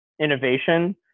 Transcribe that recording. innovation